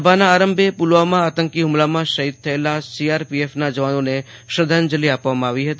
સભાના આરંભે પુલવામા આંતકી હુમલામાં શહીદ થયેલ સીઆરપીએફ નાં જવાનોને શ્રધાંજલિ આપવામાં આવી ફતી